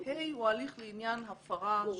(ה) הוא הליך לעניין הפרה עיקרית.